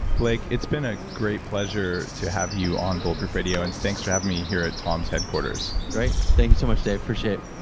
blake, it's been a great pleasure to have you on bulletproof radio and thanks for having me here at toms headquarters. great. thank you so much dave. appreciate.